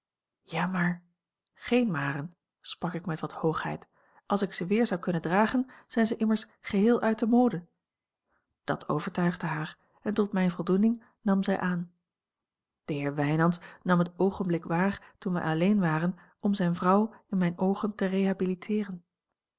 ja maar geen maren sprak ik met wat hoogheid als ik ze weer zou kunnen dragen zijn ze immers geheel uit de mode dat overtuigde haar en tot mijne voldoening nam zij aan de heer wijnands nam het oogenblik waar toen wij alleen waren om zijne vrouw in mijne oogen te